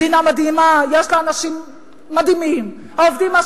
מדינה מדהימה, יש לה אנשים מדהימים, אז